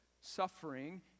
suffering